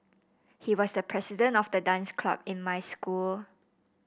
he was the president of the dance club in my school